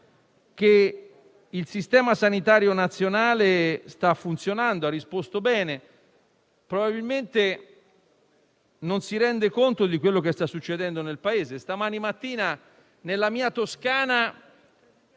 che il Sistema sanitario nazionale sta funzionando, ha risposto bene, ma probabilmente non si rende conto di quello che sta succedendo nel Paese. Da stamattina nella mia Toscana,